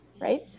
right